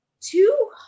two